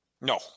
No